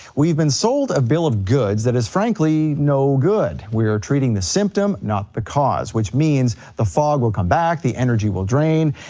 we've been sold a bill of goods that is, frankly, no good. we are treating the symptom, not the cause which means the fog will come back, the energy will drain,